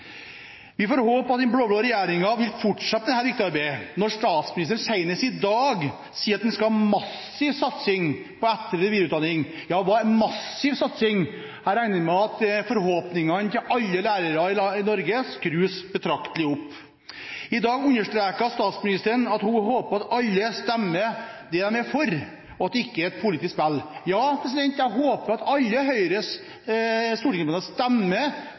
vil fortsette dette viktige arbeid. Når statsministeren senest i dag sier at man skal ha en massiv satsing – ja, hva er massiv satsing? – på etter- og videreutdanning, regner jeg med at forhåpningene til alle lærere i Norge skrus betraktelig opp. I dag understreket statsministeren at hun håper at alle stemmer for det de er for, og at det ikke er et politisk spill. Ja, jeg håper at alle Høyres